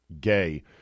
gay